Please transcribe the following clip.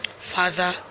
Father